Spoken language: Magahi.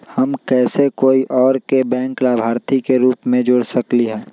हम कैसे कोई और के बैंक लाभार्थी के रूप में जोर सकली ह?